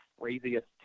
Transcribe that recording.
craziest